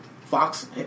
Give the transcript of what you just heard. Fox